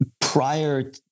prior